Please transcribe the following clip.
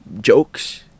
jokes